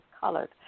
colored